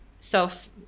self